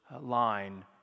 line